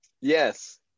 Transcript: Yes